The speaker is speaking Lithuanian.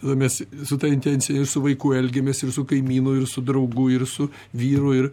tada mes su ta intencija ir su vaiku elgiamės ir su kaimynu ir su draugu ir su vyru ir